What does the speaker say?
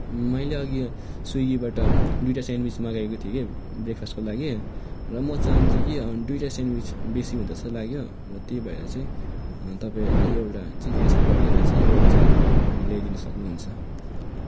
मैले अघि स्विगीबाट दुइटा स्यानविच मगाएको थिएँ कि ब्रेकफास्टको लागि र म चाहन्छु कि दुइटा स्यानविच बेसी हुन्छ जस्तो लाग्यो त्यही भएर चाहिँ तपाईँहरूले एउटा चाहिँ क्यान्सल गरेर चाहिँ एउटा चाहिँ ल्याइदिनु सक्नुहुन्छ